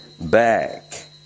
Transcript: back